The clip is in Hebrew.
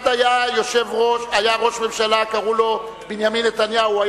אחד היה ראש ממשלה, קראו לו בנימין נתניהו.